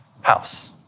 house